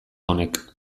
honek